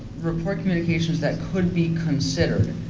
report communications that could be considered.